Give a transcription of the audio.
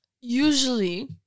Usually